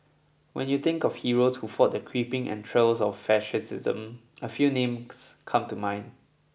when you think of heroes who fought the creeping entrails of fascism a few names come to mind